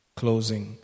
closing